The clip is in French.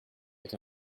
est